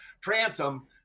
transom